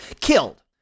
Killed